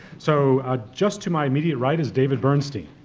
so ah just to my immediate right is david bernstein.